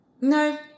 No